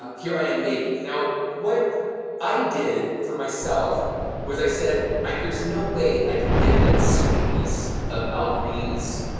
here i am baby. now what i did for myself was i said like there's no way i can get that sweetness of al green's